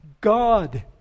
God